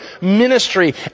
ministry